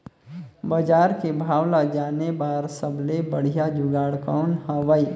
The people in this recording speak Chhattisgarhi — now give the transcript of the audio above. बजार के भाव ला जाने बार सबले बढ़िया जुगाड़ कौन हवय?